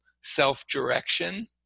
self-direction